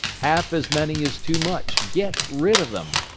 half as many is too much get rid of them.